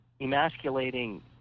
emasculating